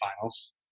finals